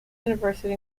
university